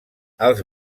els